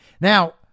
Now